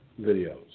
videos